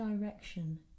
direction